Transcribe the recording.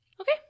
Okay